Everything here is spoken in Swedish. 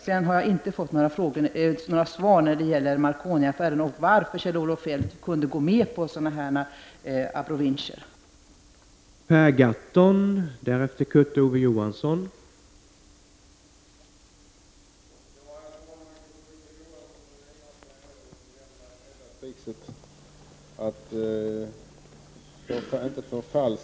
Jag har inte fått några svar på frågan varför Kjell-Olof Feldt kunde gå med på sådana här abrovinkler i Marconi-affären.